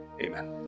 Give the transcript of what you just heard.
Amen